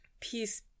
peace